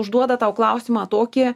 užduoda tau klausimą tokį